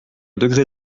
degré